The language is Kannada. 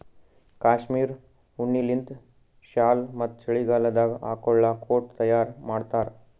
ಕ್ಯಾಶ್ಮೀರ್ ಉಣ್ಣಿಲಿಂತ್ ಶಾಲ್ ಮತ್ತ್ ಚಳಿಗಾಲದಾಗ್ ಹಾಕೊಳ್ಳ ಕೋಟ್ ತಯಾರ್ ಮಾಡ್ತಾರ್